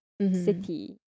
city